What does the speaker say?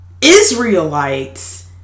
Israelites